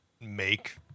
make